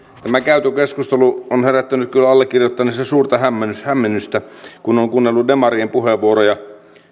tämä käyty keskustelu on herättänyt kyllä allekirjoittaneessa suurta hämmennystä hämmennystä kun olen kuunnellut demarien puheenvuoroja